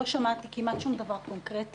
לא שמעתי כמעט שום דבר קונקרטי.